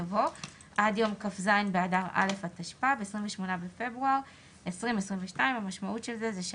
יבוא "עד יום כ"ז באדר א' התשפ"ב (28 בפברואר 2022)". המשמעות של זה,